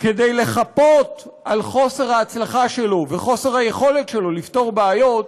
כדי לחפות על חוסר ההצלחה שלו וחוסר היכולת שלו לפתור בעיות,